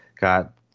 got